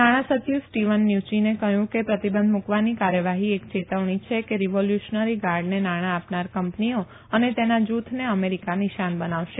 વિત સચિવ સ્ટીવન નુચિને કહ્યું કે પ્રતિબંધ મુકવાની કાર્યવાહી એક ચેતવણી છે કે રીવોલ્યુશનરી ગાર્ડને નાણા આપનાર કંપનીઓ અને તેના જુથને અમેરીકા નિશાન બનાવશે